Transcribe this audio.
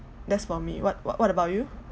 that's for me what what what about you